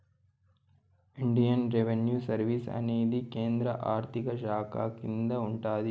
Indian revenue service అనేది కేంద్ర ఆర్థిక శాఖ కింద ఉంటాది